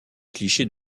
clichés